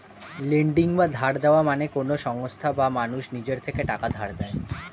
lending বা ধার দেওয়া মানে কোন সংস্থা বা মানুষ নিজের থেকে টাকা ধার দেয়